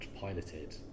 piloted